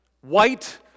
white